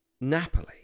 Napoli